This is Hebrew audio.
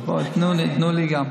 אז בואי, תנו גם לי.